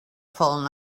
fallen